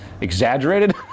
exaggerated